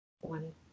one